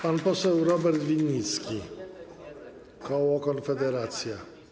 Pan poseł Robert Winnicki, koło Konfederacja.